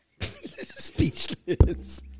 Speechless